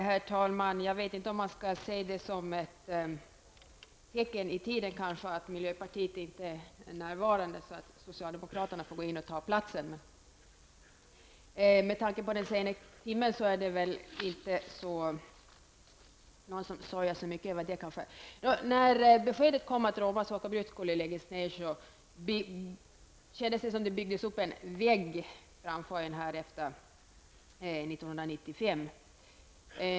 Herr talman! Jag vet inte om man skall se det som ett tecken i tiden att miljöpartiets sist anmälde talare inte är närvarande, så att en socialdemokrat får gå in och ta hans plats. Med tanke på den sena timmen är det kanske inte någon som sörjer över det. När beskedet om att Roma sockerbruk skulle läggas ned kom kändes det som om det byggdes upp en vägg framför oss efter år 1995.